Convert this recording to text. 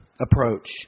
approach